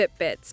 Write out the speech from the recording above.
Fitbits